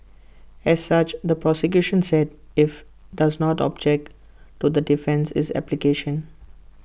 as such the prosecution said if does not object to the defence's is application